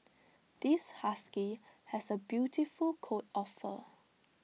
this husky has A beautiful coat of fur